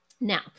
Now